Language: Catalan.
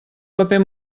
paper